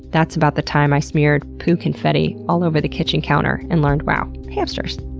that's about the time i smeared poo confetti all over the kitchen counter and learned, wow, hamsters,